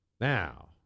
Now